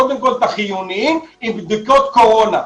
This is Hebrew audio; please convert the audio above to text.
קודם כל את החיוניים עם בדיקות קורונה.